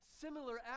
similar